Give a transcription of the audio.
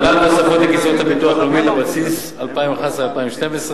להלן התוספות לקצבאות הביטוח הלאומי לבסיס תקציב 2011 2012: